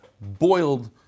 boiled